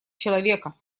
человека